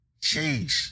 Jeez